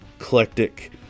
eclectic